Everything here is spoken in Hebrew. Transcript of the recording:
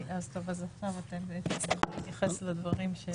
--- להתייחס לדברים.